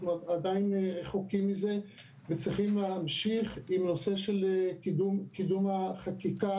עדיין רחוקים מזה וצריכים להמשיך בקידום החקיקה.